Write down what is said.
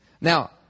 Now